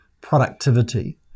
productivity